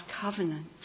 covenant